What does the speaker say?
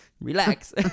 relax